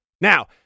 Now